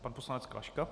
Pan poslanec Klaška.